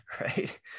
right